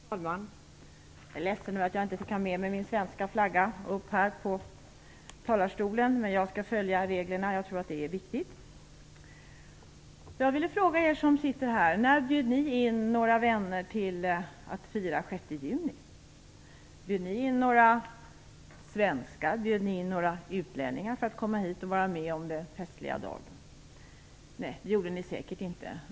Fru talman! Jag är ledsen över att jag inte fick ha med mig min svenska flagga upp på talarstolen, men jag skall följa reglerna. Jag tror att det är viktigt. Jag vill fråga er som sitter här när ni bjöd in några vänner att fira den 6 juni. Bjöd ni in några svenskar, bjöd ni in några utlänningar att komma hit och vara med om den festliga dagen? Nej, det gjorde ni säkert inte.